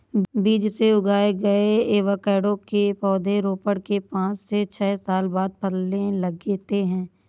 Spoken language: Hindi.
बीज से उगाए गए एवोकैडो के पौधे रोपण के पांच से छह साल बाद फलने लगते हैं